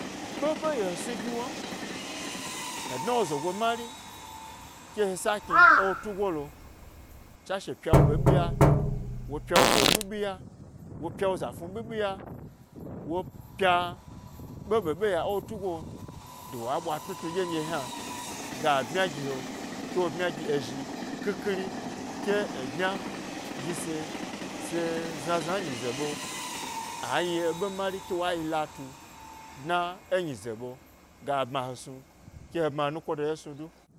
Ɓe be ye he snu gi wom he dna wo zogo mari ke he sakri tu ewo tugolo tswashe pya wo ɓeɓi ya, wo pyawo ɓownu ɓiɓi ya, wo pya wo zafnu ɓiɓi ya, wo ɓėɓėɓė ya ewo tugo lo ɗye wa ɓwa tnu tnu ɗyen ɗye yna, ga bmya gi he, ke wo bmya gi ezhi ƙhikhiri ke ebmya gi se, se znazan ė nyize ɓe ayi eɓe mari ke wa yi latu dna ė nyize ɓe ga bma he snu ke wo bma he nuko ɗye snu du.